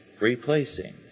replacing